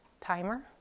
Timer